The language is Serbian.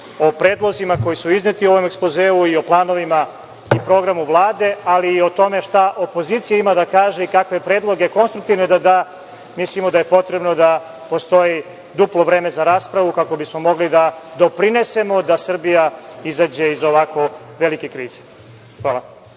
o predlozima koji su izneti u ovom ekspozeu i o planovima i programu Vlade, ali i o tome šta opozicija ima da kaže i kakve predloge konstruktivne da da, mislimo da je potrebno da postoji duplo vreme za raspravu, kako bismo mogli da doprinesemo da Srbija izađe iz ovako velike krize. Hvala.